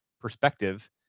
perspective